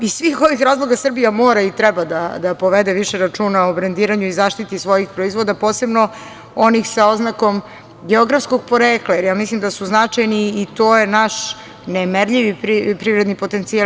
Iz svih ovih razloga Srbija mora i treba da povede više računa o brendiranju i zaštiti svojih proizvoda, posebno onih sa oznakom geografskog porekla, jer ja mislim da su značajni i to je naš nemerljivi privredni potencijal.